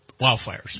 Wildfires